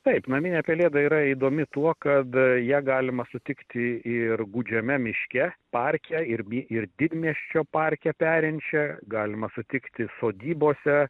taip naminė pelėda yra įdomi tuo kad ją galima sutikti ir gūdžiame miške parke ir bi ir didmiesčio parke perinčią galima sutikti sodybose